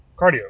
cardio